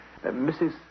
Mrs